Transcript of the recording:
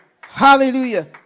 Hallelujah